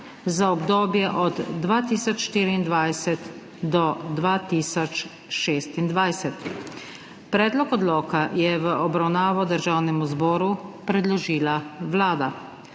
ZA OBDOBJE OD 2024 DO 2026.** Predlog odloka je v obravnavo Državnemu zboru predložila Vlada.